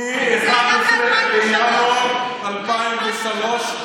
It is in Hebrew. מ-11 בינואר 2003,